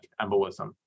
embolism